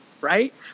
Right